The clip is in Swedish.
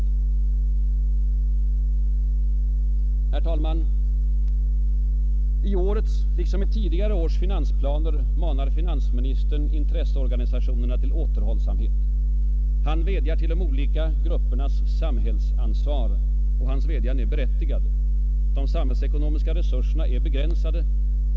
Herr talman! I årets, liksom i tidigare års finansplaner, manar finansministern intresseorganisationerna till återhållsamhet. Han vädjar till de olika gruppernas samhällsansvar.